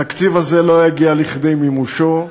התקציב הזה לא יגיע לכדי מימושו,